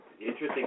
interesting